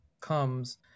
comes